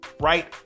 right